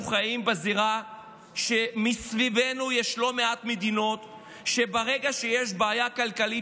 אנחנו חיים בזירה שמסביבנו יש לא מעט מדינות שברגע שיש בהן בעיה כלכלית,